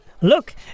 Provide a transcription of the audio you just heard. look